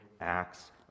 acts